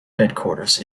headquarters